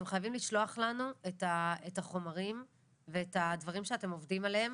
אתם חייבים לשלוח לנו את החומרים ואת הדברים שאתם עובדים עליהם.